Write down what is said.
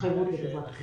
התחייבות לדבר הזה.